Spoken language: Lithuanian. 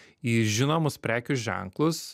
į žinomus prekių ženklus